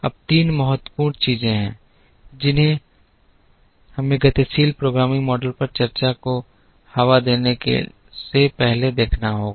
अब तीन महत्वपूर्ण चीजें हैं जिन्हें हमें गतिशील प्रोग्रामिंग मॉडल पर इस चर्चा को हवा देने से पहले देखना होगा